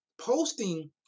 posting